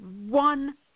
one